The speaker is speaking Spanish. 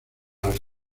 las